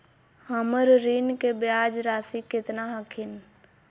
हमर ऋण के ब्याज रासी केतना हखिन?